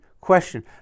question